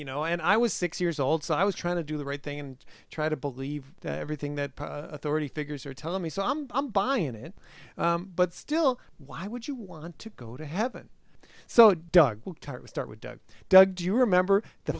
you know and i was six years old so i was trying to do the right thing and try to believe everything that authority figures are telling me so i'm buying it but still why would you want to go to heaven so doug start with doug doug do you remember the